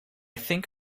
think